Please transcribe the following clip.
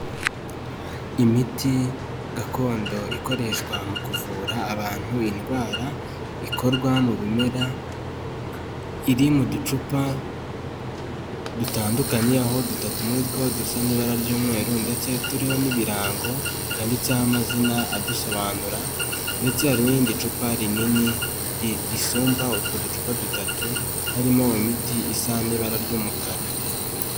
Imiti gakondo ikoreshwa mu kuvura abantu indwara ikorwa mu bimera iri mu ducupa dutandukanye aho dutatu muri two dusa n'ibara ry'umweru. Ndetse turiho n'ibirango byanditseho amazina adusobanura. Ndetse hari n'irindi cupa rinini risumba utwo ducupa dutatu harimo imiti isa n'ibara ry'umukara.